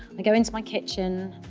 i go into my kitchen,